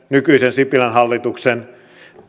nykyisen sipilän hallituksen